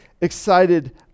excited